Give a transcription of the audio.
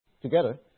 together